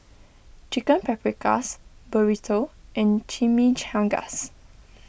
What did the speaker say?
Chicken Paprikas Burrito and Chimichangas